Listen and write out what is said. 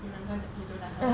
you remember you don't like her